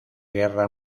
guerra